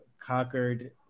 conquered